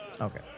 Okay